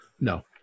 No